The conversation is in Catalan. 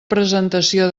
presentació